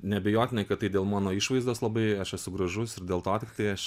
neabejotinai kad tai dėl mano išvaizdos labai aš esu gražus ir dėl to tiktai aš